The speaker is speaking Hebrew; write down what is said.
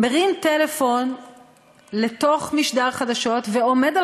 מרים טלפון לתוך משדר חדשות ועומד על